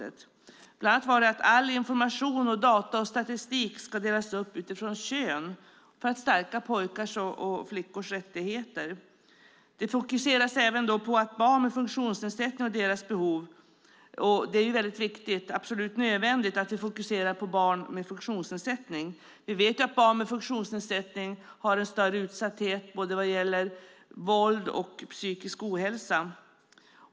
Det var bland annat att all information, data och statistik ska delas upp utifrån kön för att stärka pojkars och flickors rättigheter. Det fokuseras även på barn med funktionsnedsättning och deras behov. Det är absolut nödvändigt att fokusera på barn med funktionsnedsättning. Vi vet att barn med funktionsnedsättning har en större utsatthet vad gäller våld och psykisk ohälsa.